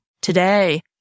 Today